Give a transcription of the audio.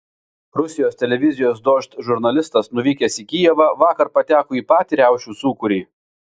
rusijos televizijos dožd žurnalistas nuvykęs į kijevą vakar pateko į patį riaušių sūkurį